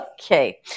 Okay